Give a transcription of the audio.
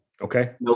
Okay